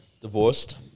divorced